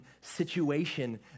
situation